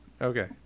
Okay